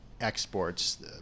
exports